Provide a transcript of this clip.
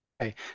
Okay